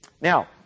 Now